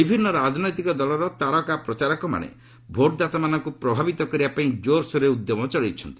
ବିଭିନ୍ନ ରାଜନୈତିକ ଦଳର ତାରକା ପ୍ରଚାରକମାନେ ଭୋଟ୍ଦାତାମାନଙ୍କୁ ପ୍ରଭାବିତ କରିବାପାଇଁ ଜୋର୍ସୋର୍ରେ ଉଦ୍ୟମ ଚଳାଇଛନ୍ତି